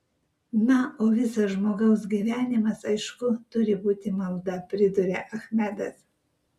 na o visas žmogaus gyvenimas aišku turi būti malda priduria achmedas